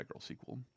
sequel